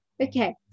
Okay